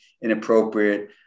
inappropriate